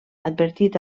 advertit